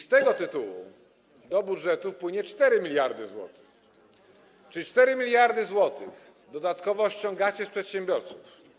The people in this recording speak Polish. Z tego tytułu do budżetu wpłynie 4 mld zł, czyli 4 mld zł dodatkowo ściągacie z przedsiębiorców.